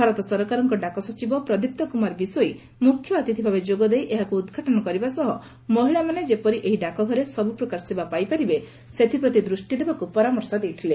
ଭାରତ ସରକାରଙ୍କ ଡାକ ସଚିବ ପ୍ରଦୀପ୍ତ କୁମାର ବିଷୋୟୀ ମୁଖ୍ୟ ଅତିଥ୍ ଭାବେ ଯୋଗ ଦେଇ ଏହାକୁ ଉଦ୍ଘାଟନ କରିବା ସହିତ ମହିଳାମାନେ ଯେପରି ଏହି ଡାକଘରେ ସବୁ ପ୍ରକାର ସେବା ପାଇପାରିବେ ସେଥିପ୍ରତି ଦଅଷ୍ଟି ଦେବାକୁ ଶ୍ରୀ ବିଷୋୟୀ ପରାମର୍ଶ ଦେଇଥଲେ